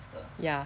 ya